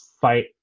fight